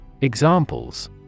Examples